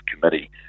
committee